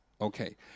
Okay